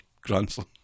grandson